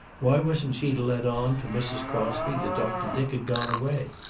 why wasn't she to let on to mrs. crosby that doctor dick had gone away?